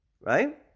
right